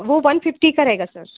वह one fifty का रहेगा सर